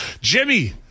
Jimmy